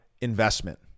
investment